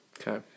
Okay